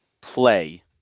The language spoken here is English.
play